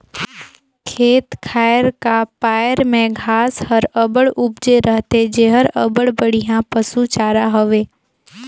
खेत खाएर का पाएर में घांस हर अब्बड़ उपजे रहथे जेहर अब्बड़ बड़िहा पसु चारा हवे